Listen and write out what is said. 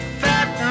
fat